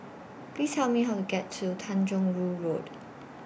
Please Tell Me How to get to Tanjong Rhu Road